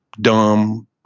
dumb